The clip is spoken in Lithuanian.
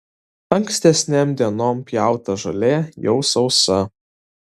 ankstesnėm dienom pjauta žolė jau sausa